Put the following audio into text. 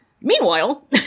Meanwhile